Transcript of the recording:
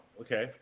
Okay